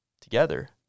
Together